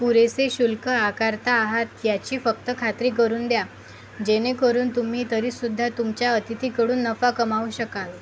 पुरेसे शुल्क आकारता आहात याची फक्त खात्री करून द्या जेणेकरून तुम्ही तरीसुद्धा तुमच्या अतिथीकडून नफा कमावू शकाल